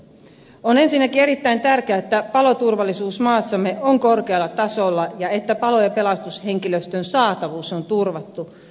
on ensinnäkin erittäin tärkeää että paloturvallisuus maassamme on korkealla tasolla ja että palo ja pelastushenkilöstön saatavuus on turvattu